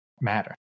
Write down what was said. matter